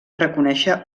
reconèixer